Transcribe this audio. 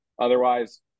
Otherwise